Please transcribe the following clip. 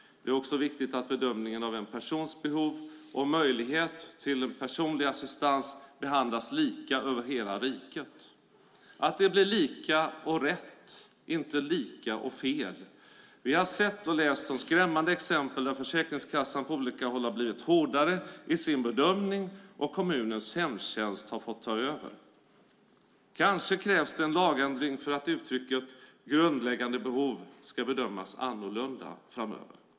Det är också viktigt att bedömningen av en persons behov och möjlighet till personlig assistans behandlas lika över hela riket - att det blir lika och rätt, inte lika och fel. Vi har sett och läst om skrämmande exempel där Försäkringskassan på olika håll har blivit hårdare i sin bedömning och kommunens hemtjänst har fått ta över. Kanske krävs det en lagändring för att uttrycket "grundläggande behov" ska bedömas annorlunda framöver.